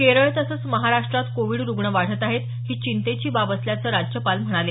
केरळ तसंच महाराष्ट्रात कोविड रुग्ण वाढत आहेत ही चिंतेची बाब असल्याचं राज्यपाल म्हणाले